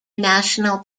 national